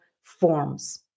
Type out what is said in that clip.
forms